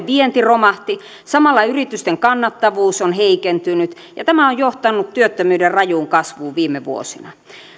vienti romahti ja samalla yritysten kannattavuus on heikentynyt ja tämä on johtanut työttömyyden rajuun kasvuun viime vuosina